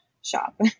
shop